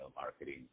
marketing